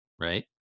right